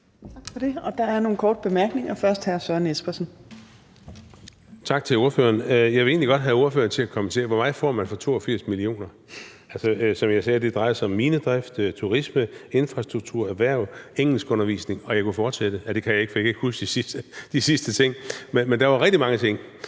er det til hr. Søren Espersen. Kl. 17:51 Søren Espersen (DF): Tak til ordføreren. Jeg vil egentlig godt have ordføreren til at kommentere det her: Hvor meget får man for 82 mio. kr.? Altså, som jeg sagde, drejer det sig om minedrift, turisme, infrastruktur, erhverv, engelskundervisning, og jeg kunne fortsætte – nej, det kan jeg ikke, for jeg kan ikke huske de sidste ting. Men der var rigtig mange ting,